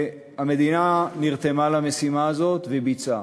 והמדינה נרתמה למשימה הזאת וביצעה.